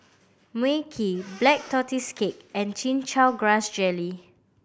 Mui Kee Black Tortoise Cake and Chin Chow Grass Jelly